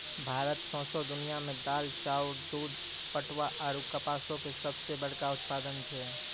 भारत सौंसे दुनिया मे दाल, चाउर, दूध, पटवा आरु कपासो के सभ से बड़का उत्पादक छै